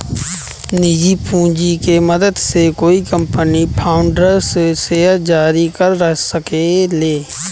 निजी पूंजी के मदद से कोई कंपनी फाउंडर्स शेयर जारी कर सके ले